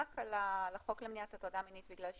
על הטרדה מינית בחברה הערבית.